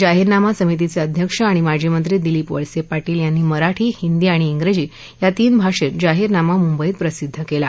जाहीरनामा समितीच अिध्यक्ष आणि माजी मंत्री दिलीप वळसप्रिटील यांनी मराठी हिंदी जिजी या तीन भाषक्तीजाहिरनामा मुंबईत प्रसिद्ध कला